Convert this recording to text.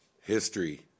history